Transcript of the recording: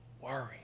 worry